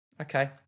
Okay